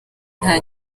nta